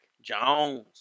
Jones